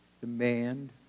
demand